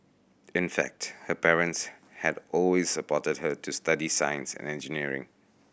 in fact her parents had always supported her to study science and engineering